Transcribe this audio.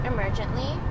Emergently